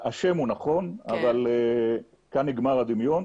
השם הוא נכון, אבל כאן נגמר הדמיון.